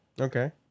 Okay